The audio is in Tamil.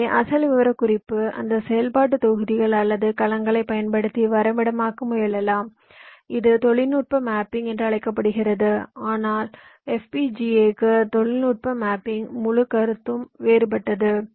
எனவே அசல் விவரக்குறிப்பு அந்த செயல்பாட்டு தொகுதிகள் அல்லது கலங்களைப் பயன்படுத்தி வரைபடமாக்க முயலலாம் இது தொழில்நுட்ப மேப்பிங் என்று அழைக்கப்படுகிறது ஆனால் FPGAக்கு தொழில்நுட்ப மேப்பிங்கின் முழு கருத்தும் வேறுபட்டது